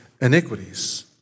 iniquities